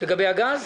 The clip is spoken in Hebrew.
לגבי הגז?